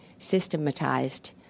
Systematized